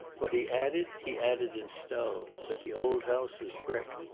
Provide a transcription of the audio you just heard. what he added he added in stone, but the old house was brick.